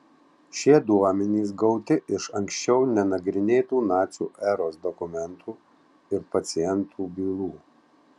šie duomenys gauti iš anksčiau nenagrinėtų nacių eros dokumentų ir pacientų bylų